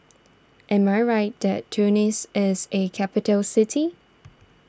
am I right that Tunis is a capital city